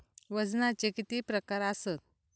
वजनाचे किती प्रकार आसत?